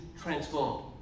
transformed